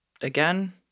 again